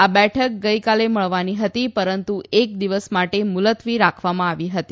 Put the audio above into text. આ બેઠક ગઇકાલે મળવાની હતી પરંતુ એક દિવસ માટે મુલત્વી રાખવામાં આવી હતી